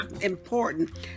important